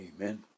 amen